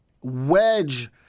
wedge